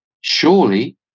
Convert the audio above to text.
surely